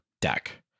deck